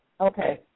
Okay